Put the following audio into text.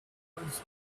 words